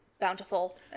bountiful